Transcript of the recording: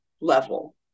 level